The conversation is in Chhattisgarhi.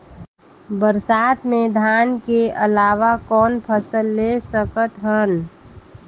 बरसात मे धान के अलावा कौन फसल ले सकत हन?